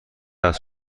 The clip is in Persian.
است